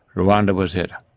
rwanda was it.